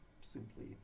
simply